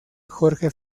jorge